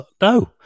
no